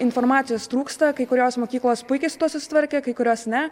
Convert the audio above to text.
informacijos trūksta kai kurios mokyklos puikiai su tuo susitvarkė kai kurios ne